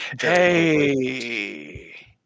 hey